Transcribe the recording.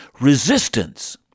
resistance